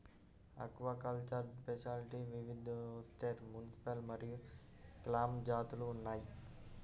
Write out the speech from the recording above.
aquacultured షెల్ఫిష్లో వివిధఓస్టెర్, mussel మరియు క్లామ్ జాతులు ఉన్నాయి